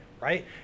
right